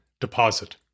deposit